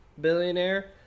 billionaire